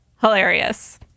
Hilarious